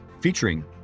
featuring